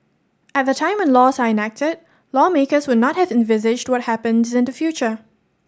at the time when laws are enacted lawmakers would not have envisaged to what happens in the future